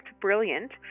Brilliant